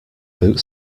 boot